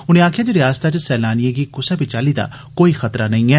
उनें आक्खेया जे रियासत च सैलानियें गी कुसै बी चाल्ली दा कोई खतरा नेंई ऐ